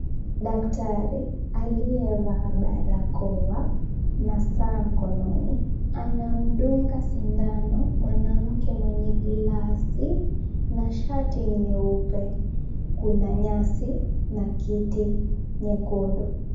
Daktari aliyevalia barakoa na saa mkononi anamdunga sindano mwanamke mwenye glass na shati nyeupe. Kuna nyasi na kiti çhekundu.